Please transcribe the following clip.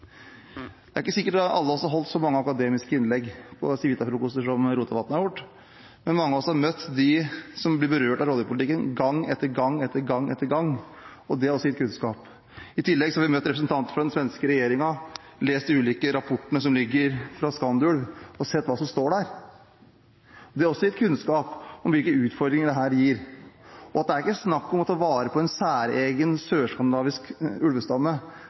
Det er ikke sikkert alle av oss har holdt så mange akademiske innlegg på Civita-frokoster som Rotevatn har gjort, men mange av oss har møtt dem som blir berørt av rovdyrpolitikken gang etter gang etter gang etter gang, og det har også gitt kunnskap. I tillegg har vi møtt representanter fra den svenske regjeringen, lest de ulike rapportene fra Skandulv og sett hva som står der. Det har også gitt kunnskap om hvilke utfordringer dette gir, og at det ikke er snakk om å ta vare på en særegen sørskandinavisk ulvestamme,